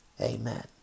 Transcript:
Amen